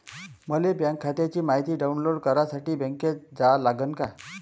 मले बँक खात्याची मायती डाऊनलोड करासाठी बँकेत जा लागन का?